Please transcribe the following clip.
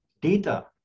Data